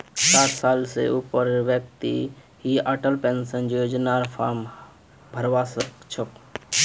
साठ साल स ऊपरेर व्यक्ति ही अटल पेन्शन योजनार फार्म भरवा सक छह